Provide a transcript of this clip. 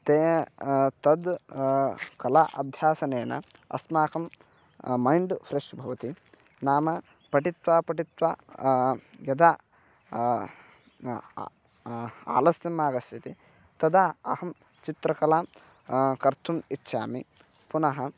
ते तद् कला अभ्यासनेन अस्माकं मैण्ड् फ़्रेश् भवति नाम पठित्वा पठित्वा यदा आलस्यम् आगच्छति तदा अहं चित्रकलां कर्तुम् इच्छामि पुनः